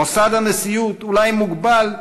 מוסד הנשיאות אולי מוגבל בסמכויותיו,